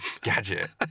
gadget